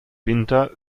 winter